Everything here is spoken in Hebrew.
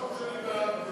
של העיריות,